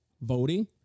voting